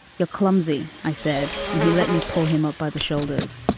you're clumsy, i said. and he let me pull him up by the shoulders.